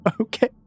Okay